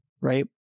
Right